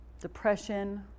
Depression